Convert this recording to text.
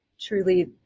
truly